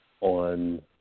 on